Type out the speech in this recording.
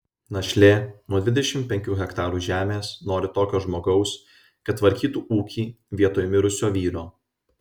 našlė nuo dvidešimt penkių hektarų žemės nori tokio žmogaus kad tvarkytų ūkį vietoj mirusio vyro